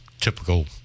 typical